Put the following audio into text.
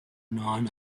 non